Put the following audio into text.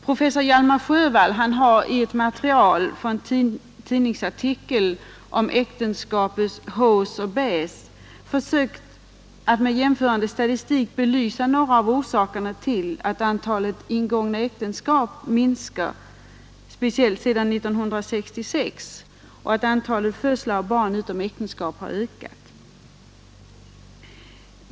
Professor Hjalmar Sjövall har i ett material från en tidningsartikel om äktenskapets hausse och baisse försökt att med jämförande statistik belysa några av orsakerna till att antalet ingångna äktenskap minskat speciellt sedan 1966 och att antalet födslar av barn utom äktenskapet har ökat.